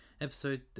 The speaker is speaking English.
episode